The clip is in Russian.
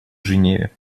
женеве